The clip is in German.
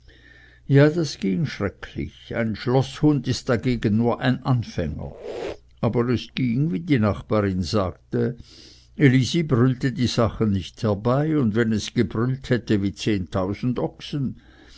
ja das ging schrecklich ein schloßhund ist dagegen nur ein anfänger aber es ging wie die nachbarin sagte elisi brüllte die sachen nicht herbei und wenn es gebrüllt hätte wie zehntausend ochsen